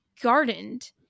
gardened